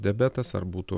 diabetas ar būtų